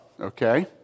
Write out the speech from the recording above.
Okay